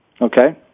Okay